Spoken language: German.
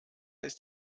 ist